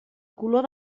color